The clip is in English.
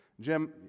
Jim